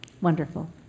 Wonderful